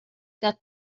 got